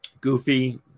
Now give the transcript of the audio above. Goofy